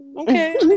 Okay